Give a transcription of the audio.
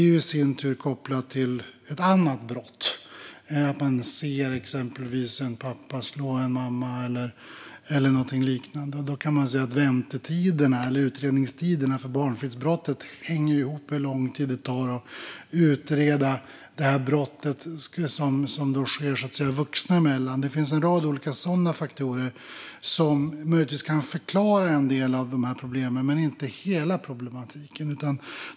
Det är i sin tur kopplat till ett annat brott, nämligen att man exempelvis ser en pappa slå en mamma eller något liknande. Då kan vi se att utredningstiderna för barnfridsbrottet hänger ihop med hur lång tid det tar att utreda det brott som så att säga sker vuxna emellan. Det finns en rad sådana faktorer som möjligtvis kan förklara en del av problemen, även om det inte förklara hela problematiken.